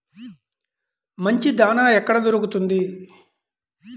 మంచి దాణా ఎక్కడ దొరుకుతుంది?